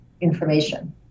information